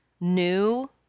new